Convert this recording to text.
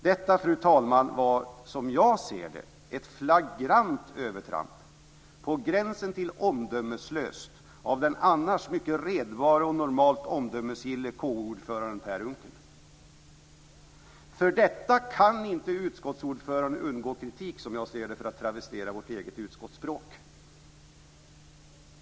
Detta, fru talman, var som jag ser det ett flagrant övertramp, på gränsen till omdömeslöst, av den annars mycket redbare och normalt omdömesgille KU-ordföranden Per Unckel. För detta kan inte utskottsordföranden undgå kritik, som jag ser det, för att travestera vårt eget utskottsspråk.